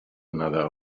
another